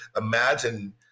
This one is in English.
imagine